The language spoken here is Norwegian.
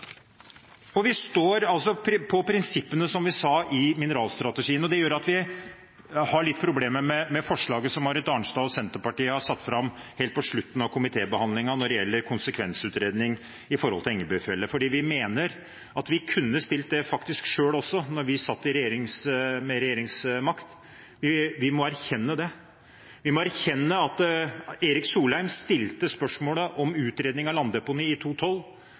Vi står altså fast på prinsippene som vi ga uttrykk for i mineralstrategien. Det gjør at vi har litt problemer med forslaget som Marit Arnstad og Senterpartiet har satt fram helt på slutten av komitébehandlingen når det gjelder konsekvensutredning for Engebøfjellet, for vi mener at vi faktisk kunne foreslått det selv da vi satt med regjeringsmakt. Vi må erkjenne det. Vi må erkjenne at Erik Solheim stilte spørsmålet om utredning av landdeponi i